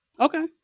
Okay